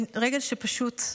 רגל שפשוט,